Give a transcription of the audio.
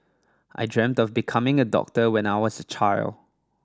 I dreamt of becoming a doctor when I was a child